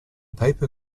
paper